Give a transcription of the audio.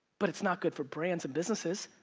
but it's not good for brands and businesses.